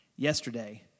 yesterday